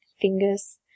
Fingers